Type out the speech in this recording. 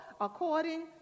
according